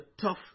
tough